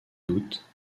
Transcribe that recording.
doute